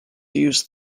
use